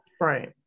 Right